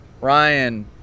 Ryan